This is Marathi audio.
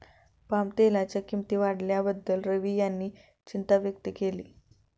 पामतेलाच्या किंमती वाढल्याबद्दल रवी यांनी चिंता व्यक्त केली